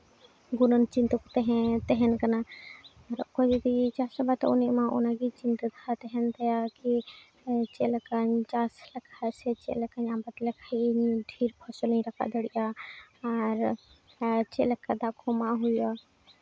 ᱜᱩᱱᱟᱹᱱ ᱪᱤᱱ ᱛᱮᱠᱚ ᱛᱟᱦᱮᱸ ᱢᱟ ᱚᱱᱟᱜᱮ ᱪᱤᱱᱛᱟᱹ ᱫᱷᱟᱨᱟ ᱛᱟᱦᱮᱱ ᱛᱟᱭᱟ ᱛᱟᱦᱮᱱ ᱠᱟᱱᱟ ᱚᱠᱚᱭ ᱡᱩᱫᱤᱪᱟᱥ ᱟᱵᱟᱫᱚᱜᱼᱟ ᱩᱱᱤ ᱢᱟ ᱚᱱᱟᱜᱮ ᱪᱤᱱᱛᱟᱹ ᱫᱷᱟᱨᱟ ᱛᱟᱦᱮᱱ ᱛᱟᱭᱟ ᱟᱨᱠᱤ ᱪᱮᱫ ᱞᱮᱠᱟᱱ ᱪᱟᱥ ᱞᱮᱠᱷᱟᱡ ᱥᱮ ᱪᱮᱫ ᱞᱮᱠᱟᱧ ᱟᱵᱟᱫ ᱞᱮᱠᱷᱟᱱ ᱤᱧ ᱰᱷᱮᱨ ᱯᱷᱚᱥᱚᱞᱤᱧ ᱨᱟᱠᱟᱵᱽ ᱫᱟᱲᱮᱭᱟᱜᱼᱟ ᱟᱨ ᱪᱮᱫ ᱞᱮᱠᱟ ᱫᱟᱜ ᱠᱚ ᱮᱢᱟᱜ ᱦᱩᱭᱩᱜᱼᱟ